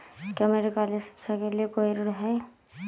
क्या मेरे कॉलेज शिक्षा के लिए कोई ऋण है?